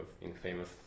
infamous